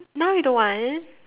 now you don't want